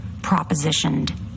propositioned